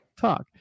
talk